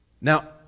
now